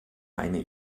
eine